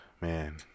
Man